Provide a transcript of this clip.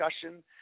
discussion